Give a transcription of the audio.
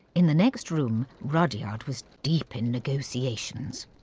in the next room rudyard was deep in negotiations.